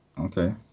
Okay